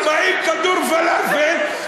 40 כדורי פלאפל,